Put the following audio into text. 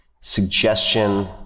suggestion